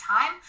time